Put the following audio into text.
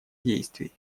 действий